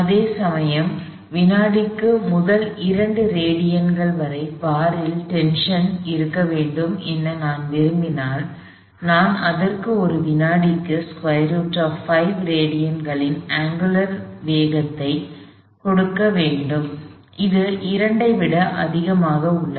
அதேசமயம் வினாடிக்கு முதல் 2 ரேடியன்கள் வரை பாரில் டென்ஷன் இருக்க வேண்டும் என நான் விரும்பினால் நான் அதற்கு ஒரு வினாடிக்கு √5 ரேடியன்களின் அங்குலர் திசைவேகத்தைக் கொடுக்க வேண்டும் இது 2 ஐ விட அதிகமாக உள்ளது